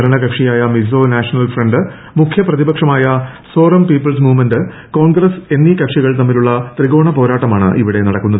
ഭരണകക്ഷിയായ Mizo national front മുഖ്യപ്രതിപക്ഷമായ Zoram people's movement Congress എന്നീ കക്ഷികൾ തമ്മിലുള്ള ത്രികോണ പോരാട്ടമാണ് ഇവിടെ നടക്കുന്നത്